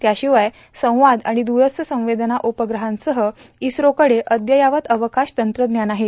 त्यांशवाय संवाद आर्गण द्रस्थ संवेदना उपग्रहांसह इस्रोकडे अदययावत अवकाश तंत्रज्ञान आहे